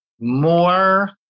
more